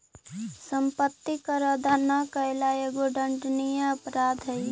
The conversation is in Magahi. सम्पत्ति कर अदा न कैला एगो दण्डनीय अपराध हई